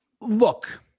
look